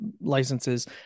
licenses